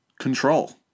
control